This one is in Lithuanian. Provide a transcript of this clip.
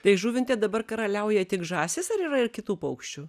tai žuvinte dabar karaliauja tik žąsys ar yra ir kitų paukščių